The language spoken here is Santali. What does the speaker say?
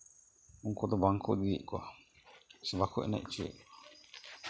ᱩᱱᱠᱩ ᱫᱚ ᱵᱟᱝ ᱠᱚ ᱤᱫᱤᱭᱮᱫ ᱠᱚᱣᱟ ᱥᱮ ᱵᱟᱠᱚ ᱮᱱᱮᱡ ᱦᱚᱪᱚᱭᱮᱫ